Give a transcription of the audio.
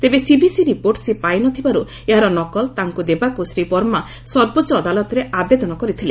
ତେବେ CVC report ସେ ପାଇନଥିବାରୁ ଏହାର ନକଲ ତାଙ୍କୁ ଦେବାକୁ ଶ୍ରୀ ବର୍ମା ସର୍ବୋଚ୍ଚ ଅଦାଲତରେ ଆବେଦନ କରିଥିଲେ